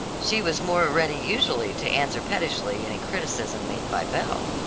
she was more ready usually to answer pettishly any criticism made by belle.